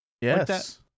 Yes